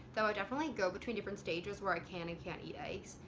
though i definitely go between different stages where i can and can't eat eggs.